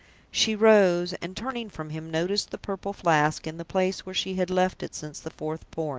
she rose, and, turning from him, noticed the purple flask in the place where she had left it since the fourth pouring.